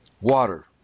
Water